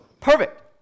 Perfect